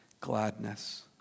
gladness